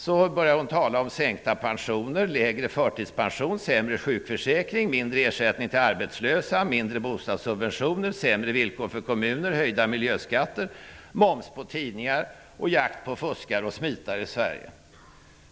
Hon börjar nu tala om sänkta pensioner, lägre förtidspension, sämre sjukförsäkring, lägre ersättning till arbetslösa, mindre bostadssubventioner, sämre villkor för kommuner, höjda miljöskatter, moms på tidningar och jakt på fuskare och smitare i Sverige.